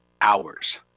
hours